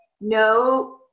no